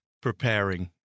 preparing